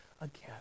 again